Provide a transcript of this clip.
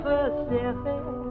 Pacific